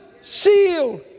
sealed